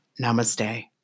namaste